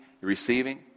receiving